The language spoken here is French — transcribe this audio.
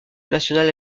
national